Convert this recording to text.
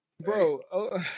Bro